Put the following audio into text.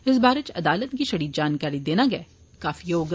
इस बारै च अदालत गी छड़ी जानकारी देना गै काफी होग